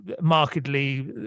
markedly